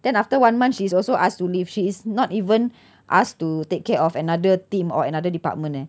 then after one month she's also asked to leave she is not even asked to take care of another team or another department eh